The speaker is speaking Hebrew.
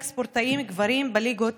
רק ספורטאים גברים בליגות